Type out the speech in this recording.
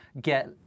get